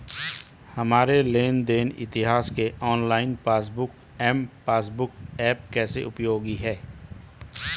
हमारे लेन देन इतिहास के online passbook M passbook app कैसे उपयोगी है?